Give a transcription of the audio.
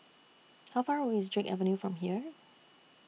How Far away IS Drake Avenue from here